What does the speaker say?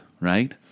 Right